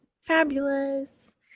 fabulous